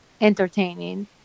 entertaining